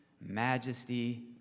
majesty